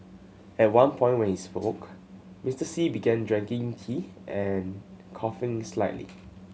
at one point when he spoke Mr Xi began drinking tea and coughing slightly